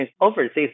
overseas